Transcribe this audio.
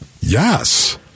Yes